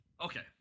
Okay